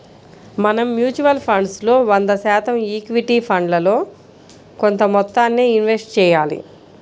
మనం mutual funds లో వంద శాతం ఈక్విటీ ఫండ్లలో కొంత మొత్తాన్నే ఇన్వెస్ట్ చెయ్యాలి